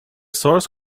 source